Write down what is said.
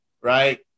right